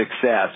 success